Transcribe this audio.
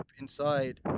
inside